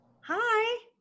Hi